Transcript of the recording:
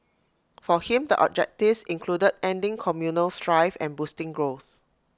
for him the objectives included ending communal strife and boosting growth